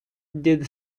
did